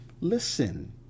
Listen